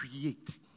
create